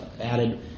added